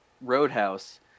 Roadhouse